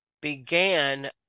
began